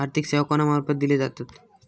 आर्थिक सेवा कोणा मार्फत दिले जातत?